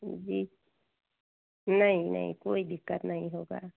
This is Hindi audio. जी नहीं नहीं कोई दिक्कत नहीं होगी